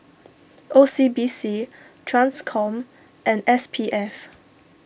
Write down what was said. O C B C Transcom and S P F